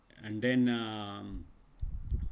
and then uh